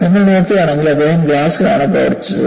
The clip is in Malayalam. നിങ്ങൾ നോക്കുകയാണെങ്കിൽ അദ്ദേഹം ഗ്ലാസിൽ ആണ് പ്രവർത്തിച്ചത്